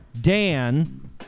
Dan